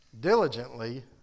diligently